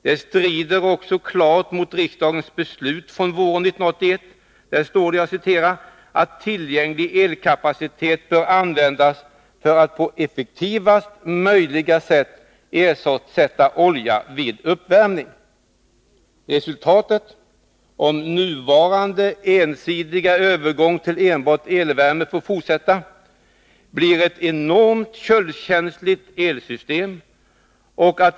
Det strider också klart mot riksdagens beslut våren 1981 ”att tillgänglig elkapacitet bör användas för att på effektivast möjliga sätt ersätta olja vid uppvärmning”. Resultatet blir — om nuvarande ensidiga övergång till enbart elvärme får fortsätta — ett enormt köldkänsligt elsystem.